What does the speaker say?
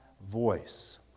voice